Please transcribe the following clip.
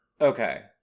okay